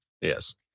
yes